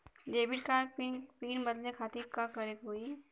Debit card क PIN बदले खातिर का करेके होई?